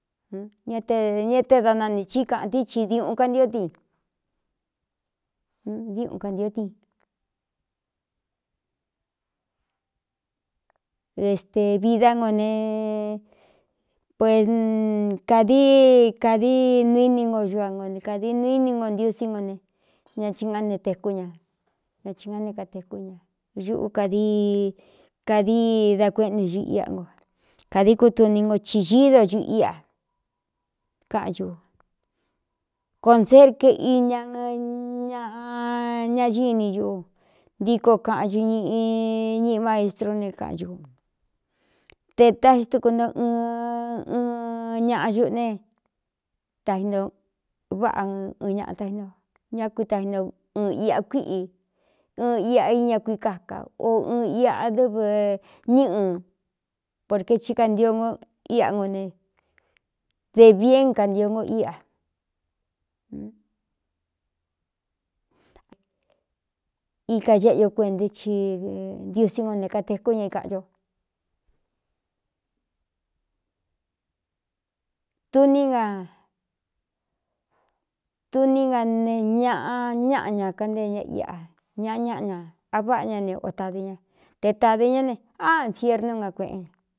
Ná te ña te da nanī chí kaꞌan tií chi diuꞌun kantió din diuꞌun kantio tin dé ste vidá no ne p kādi kādi nu íni ngo ñuꞌ a no kādi nu íni ngo ntiusí ngo ne ña i ngá ne tekú ña ña hi ngá ne katekú ña uꞌu kadi kadi da kuéꞌntu ñuꞌ ia no kādií kutuni ngo ci ñíídoñuꞌ íꞌa kaꞌan ñu cōncer que iña ñaꞌa ñagini ñu ntíko kaꞌan ñu ñꞌ ñiꞌi maestrú ne kaꞌan ñu te tá xi tuku nto ɨn n ñaꞌa xuꞌu ne tainto váꞌa ɨn ña ta ínto ñá kuitainto ɨɨn iꞌa kuíꞌi ɨɨn iꞌa iña kui kaka o ɨɨn iꞌa dɨ́vɨ ñíꞌun porkue hí kantio o íꞌa ngo ne de viꞌ én kantio no íꞌa ika éꞌe ño kuentaɨ i ntiusí ngo ne katekú ña ikaꞌan cotuní nga ne ñaꞌa ñáꞌa ña kantee ña iꞌa ñaꞌa ñáꞌa ñā a váꞌá ñá ne o tādi ña te tādɨ ñá ne á nfiernu nga kueꞌen ña.